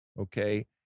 okay